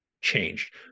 changed